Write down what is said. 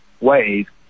wave